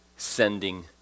Sending